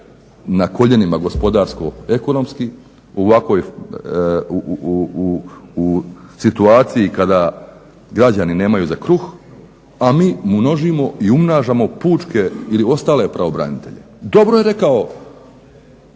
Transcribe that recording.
na koljenima gospodarsko ekonomski, u situaciji kada građani nemaju za kruh, a mi množimo i umnažamo pučke ili ostale pravobranitelje. Dobro je rekao